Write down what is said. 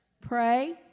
Pray